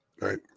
right